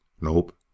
Nope